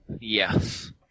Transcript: Yes